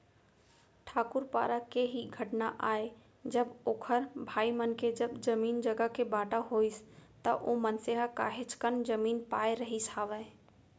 ठाकूर पारा के ही घटना आय जब ओखर भाई मन के जब जमीन जघा के बाँटा होइस त ओ मनसे ह काहेच कन जमीन पाय रहिस हावय